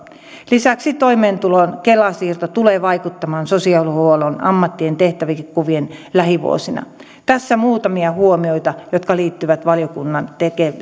lisäksi toimeentulon kela siirto tulee vaikuttamaan sosiaalihuollon ammattien tehtäväkuviin lähivuosina tässä muutamia huomioita jotka liittyvät valiokunnan